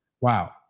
Wow